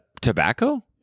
tobacco